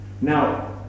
now